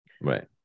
Right